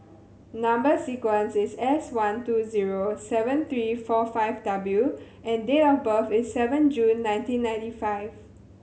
number sequence is S one two zero seven three four five W and date of birth is seven June nineteen ninety five